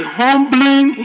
humbling